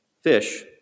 Fish